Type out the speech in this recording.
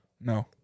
No